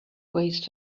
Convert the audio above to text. waste